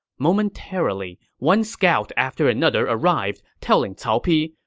momentarily, one scout after another arrived, telling cao pi,